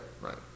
right